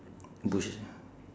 bush